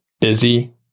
busy